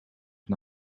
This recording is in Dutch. een